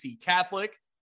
Catholic